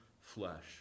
flesh